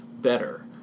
Better